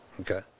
Okay